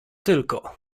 tylko